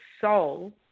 soul